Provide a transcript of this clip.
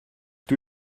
dwi